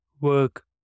work